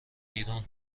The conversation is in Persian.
بیرون